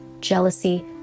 jealousy